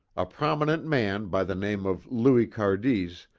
a prominent man by the name of louis cardis,